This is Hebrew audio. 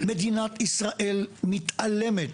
מדינת ישראל מתעלמת,